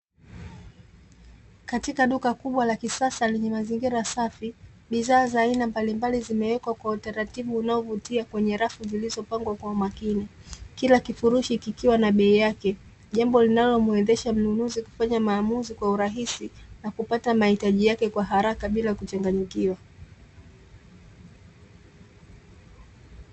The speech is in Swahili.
Katika duka kubwa la kisasa lenye mazingira safi ,bidhaa za aina mbalimbali zimewekwa kwa utaratibu unaovutia kwenye rafu zilizopangwa kwa umakini ,kila kifurushi kikiwa na bei yake jambo linalomwezesha mnunuzi kufanya maamuzi kwa urahisi na kupata mahitaji yake kwa haraka bila kuchanganyikiwa.